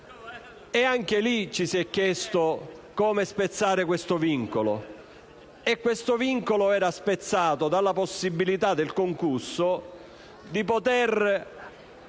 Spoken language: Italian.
anche lì ci si è chiesti come spezzare questo vincolo. E questo vincolo era spezzato dalla possibilità del concusso di dare